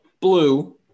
blue